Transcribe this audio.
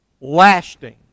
lasting